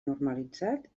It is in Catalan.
normalitzat